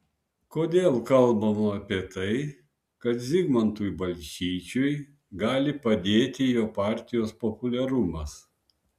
kodėl kalbama apie tai kad zigmantui balčyčiui gali padėti jo partijos populiarumas